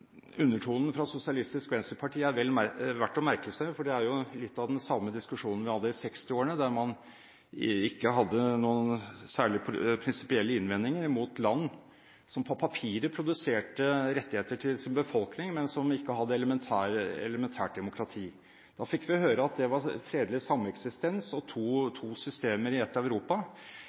undertonen fra Sosialistisk Venstreparti er vel verdt å merke seg, for det er jo litt av den samme diskusjonen vi hadde i 1960-årene, der man ikke hadde noen særlige prinsipielle innvendinger mot land som på papiret produserte rettigheter til sin befolkning, men som ikke hadde elementært demokrati. Da fikk vi høre at det var fredelig sameksistens og to systemer i ett Europa.